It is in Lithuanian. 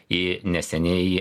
į neseniai